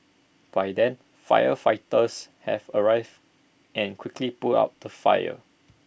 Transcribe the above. by then firefighters have arrived and quickly put out the fire